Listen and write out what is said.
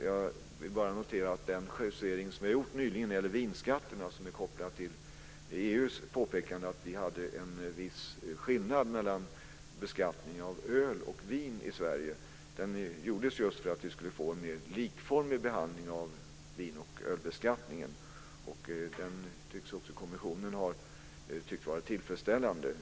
Jag vill bara notera att den justering som nyligen gjordes när det gäller vinskatterna och som är kopplad till EU:s påpekande att det var en viss skillnad vid beskattning av öl och vin i Sverige gjordes just för att vi skulle få en likformig behandling av vin och ölbeskattning. Det tycks kommissionen ha funnit tillfredsställande.